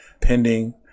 pending